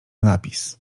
napis